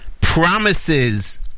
promises